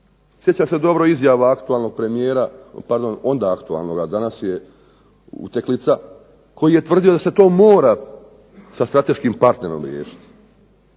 Sjećam se dobro izjava aktualnog premijera, pardon onda aktualnoga, a danas je uteklica, koji je tvrdio da se to mora sa strateškim partnerom riješiti.